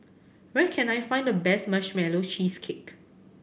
where can I find the best Marshmallow Cheesecake